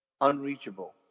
unreachable